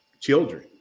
children